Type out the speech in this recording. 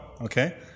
okay